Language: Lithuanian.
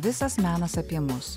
visas menas apie mus